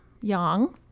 yang